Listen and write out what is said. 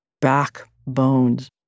backbones